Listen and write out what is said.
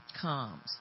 comes